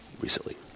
recently